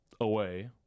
away